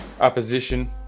opposition